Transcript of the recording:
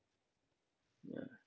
ya